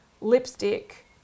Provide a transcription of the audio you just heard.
lipstick